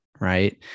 right